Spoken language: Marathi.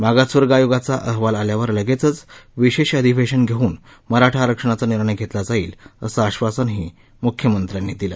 मागासवर्ग आयोगाचा अहवाल आल्यावर लगेचच विशेष अधिवेशन घेऊन मराठा आरक्षणाचा निर्णय घेतला जाईल असं आश्वासनही त्यांनी दिलं